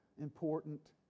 important